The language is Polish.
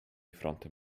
frontem